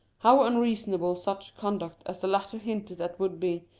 how unreasonable such conduct as the latter hinted at would be,